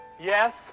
Yes